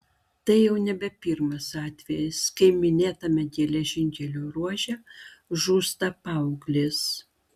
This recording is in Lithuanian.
tai jau nebe pirmas atvejis kai minėtame geležinkelio ruože žūsta paauglės